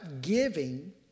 giving